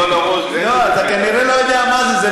לא, אתה כנראה לא יודע מה זה.